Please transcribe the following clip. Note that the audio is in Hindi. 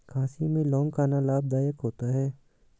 खांसी में लौंग खाना लाभदायक होता है